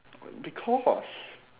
because